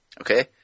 Okay